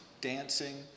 dancing